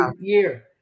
year